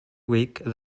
week